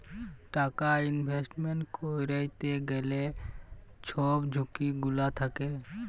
টাকা ইলভেস্টমেল্ট ক্যইরতে গ্যালে ছব ঝুঁকি গুলা থ্যাকে